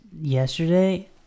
yesterday